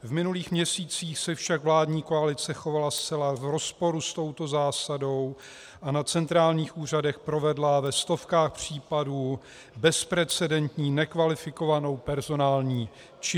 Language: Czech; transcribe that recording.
V minulých měsících se však vládní koalice chovala zcela v rozporu s touto zásadou a na centrálních úřadech provedla ve stovkách případů bezprecedentní nekvalifikovanou personální čistku.